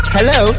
Hello